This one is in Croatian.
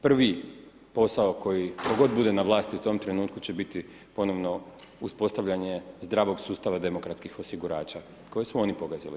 Prvi posao, koji kada god bude na vlasti, u tom trenutku će biti ponovno uspostavljanje zdravog sustava demokratskog osigurača, koji su oni pogazili.